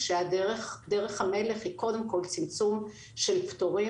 כשדרך המלך היא קודם כל צמצום של פטורים